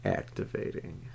activating